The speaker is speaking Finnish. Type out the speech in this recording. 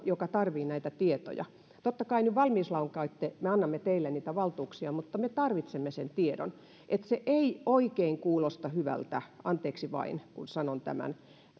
joka tarvitsee näitä tietoja totta kai valmiuslain kautta me annamme teille niitä valtuuksia mutta me tarvitsemme sen tiedon eli se ei oikein kuulosta hyvältä anteeksi vain kun sanon tämän